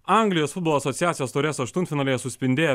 anglijos futbolo asociacijos taurės aštuntfinalyje suspindėjo